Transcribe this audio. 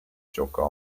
giocò